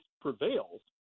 prevails